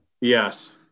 Yes